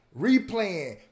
Replaying